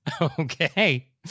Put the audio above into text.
Okay